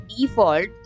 default